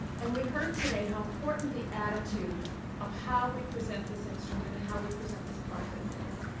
and we heard today how important the attitude of how we present this instrument and how we present this process is.